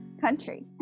country